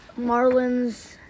Marlins